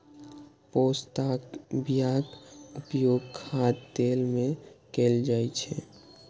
पोस्ताक बियाक उपयोग खाद्य तेल मे कैल जाइ छै